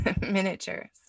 miniature